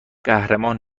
قهرمان